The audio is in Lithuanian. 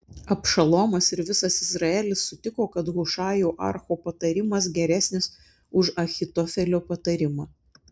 abšalomas ir visas izraelis sutiko kad hušajo archo patarimas geresnis už ahitofelio patarimą